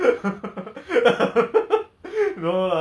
ah lol